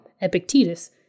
Epictetus